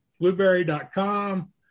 Blueberry.com